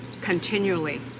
Continually